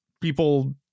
People